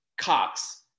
Cox